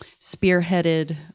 spearheaded